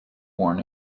born